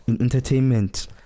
entertainment